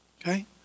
okay